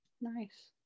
Nice